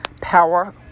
power